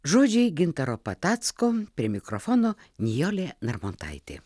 žodžiai gintaro patacko prie mikrofono nijolė narmontaitė